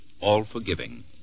all-forgiving